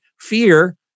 fear